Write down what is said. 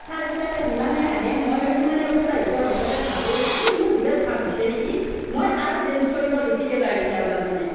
চাৰবিলাকে যিমানেই হাঁহে মই আৰু সিমানে উৎসাহিত হৈ পেলাই ভাবোঁ ই মোৰ বিৰাট ভাল হৈছে নেকি মই আৰু ডেন্স কৰিব বেছিকৈ লাগি যাওঁ তাৰমানে